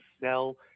sell